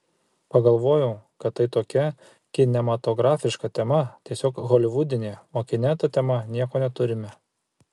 pagalvojau kad tai tokia kinematografiška tema tiesiog holivudinė o kine ta tema nieko neturime